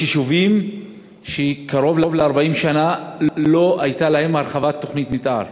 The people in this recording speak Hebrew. יש יישובים שקרוב ל-40 שנה לא הייתה להם הרחבת תוכנית מתאר